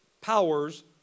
powers